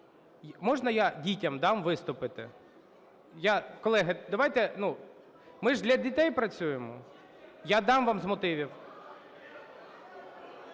Можна я дітям дам виступити? Я... Колеги, давайте, ну, ми ж для дітей працюємо! Я дам вам з мотивів.